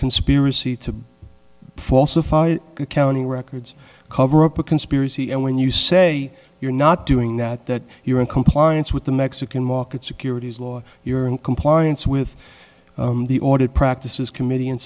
conspiracy to falsify accounting records cover up a conspiracy and when you say you're not doing that that you're in compliance with the mexican market securities law you're in compliance with the audit practices committee and